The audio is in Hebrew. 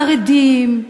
חרדים,